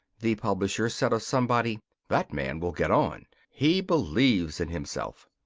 the publisher said of somebody, that man will get on he believes in himself.